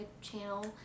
channel